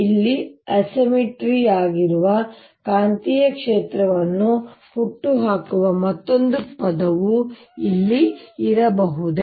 ಇಲ್ಲಿ ಅಸಿಮ್ಮೆಟ್ರಿಯಾಗಿರುವ ಕಾಂತೀಯ ಕ್ಷೇತ್ರವನ್ನು ಹುಟ್ಟುಹಾಕುವ ಮತ್ತೊಂದು ಪದವು ಇಲ್ಲಿ ಇರಬಹುದೇ